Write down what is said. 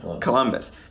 Columbus